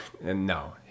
no